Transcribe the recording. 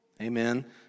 Amen